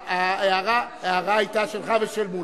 ההערה היתה שלך ושל מולה.